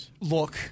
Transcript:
look